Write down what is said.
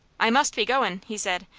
i must be goin', he said.